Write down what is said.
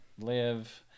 live